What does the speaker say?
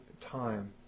time